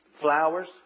flowers